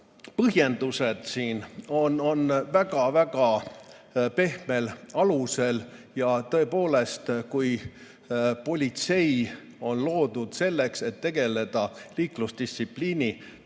põhjendused on väga pehmel alusel. Tõepoolest, kui politsei on loodud selleks, et tegeleda liiklusdistsipliini